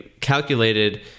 calculated